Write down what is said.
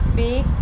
big